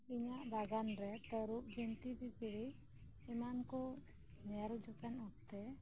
ᱤᱧᱟᱜ ᱵᱟᱜᱟᱱ ᱨᱮ ᱛᱟᱹᱨᱩᱵ ᱡᱤᱱᱛᱤ ᱯᱤᱯᱤᱲᱤ ᱮᱢᱟᱱ ᱠᱚ ᱧᱮᱞ ᱡᱚᱠᱷᱟᱱ ᱚᱠᱛᱮ